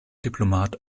diplomat